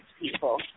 people